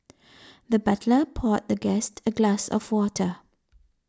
the butler poured the guest a glass of water